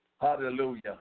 Hallelujah